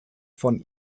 von